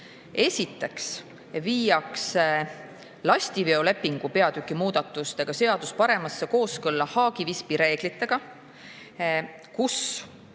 Esiteks viiakse lastiveolepingu peatüki muudatustega seadus kooskõlla Haagi-Visby reeglitega, kus